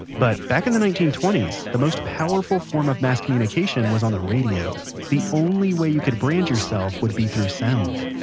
but back in the nineteen twenty s the most powerful form of mass communication was the radio. the only way you could brand yourself would be through sound